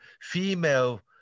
female